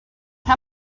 how